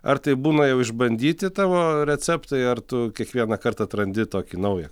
ar tai būna jau išbandyti tavo receptai ar tu kiekvieną kart atrandi tokį naują